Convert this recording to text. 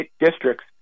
districts